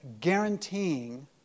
guaranteeing